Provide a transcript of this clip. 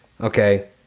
Okay